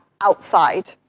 outside